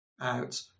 out